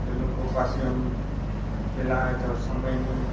એ લોકો પાસે આમ પહેલાંના જ સમયની